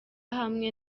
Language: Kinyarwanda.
hamwe